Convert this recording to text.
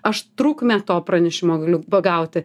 aš trukmę to pranešimo galiu pagauti